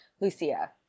Lucia